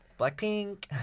blackpink